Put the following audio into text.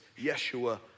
Yeshua